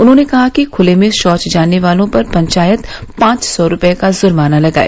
उन्होंने कहा कि खुले में शौच जाने वालों पर पंचायत पांच सौ रूपये का जुर्माना लगाए